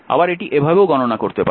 আবার এটি এভাবেও গণনা করতে পারেন